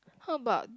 how about